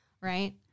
right